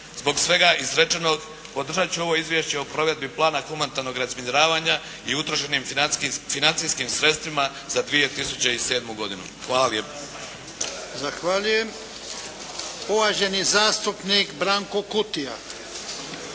Zbog svega izrečenog podržati ću ovo Izvješće o provedbi plana humanitarnog razminiriavanja i utrošenim financijskim sredstvima za 2007. godinu. Hvala lijepo. **Jarnjak, Ivan (HDZ)** Zahvaljujem. Uvaženi zastupnik Branko Kutija.